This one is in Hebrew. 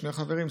שני חברים,